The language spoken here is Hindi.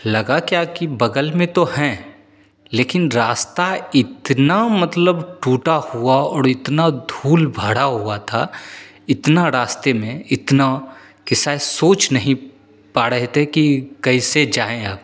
लगा क्या कि बगल में तो हैं लेकिन रास्ता इतना मतलब टूटा हुआ और इतनी धूल भरी हुई थी इतनी रास्ते में इतनी कि शायद सोच नहीं पा रहे थे कि कैसे जाएँ अब